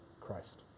Christ